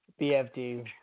BFD